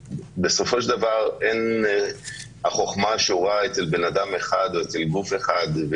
בסופו של דבר אין החוכמה שורה אצל בן אדם אחד או אצל גוף אחד,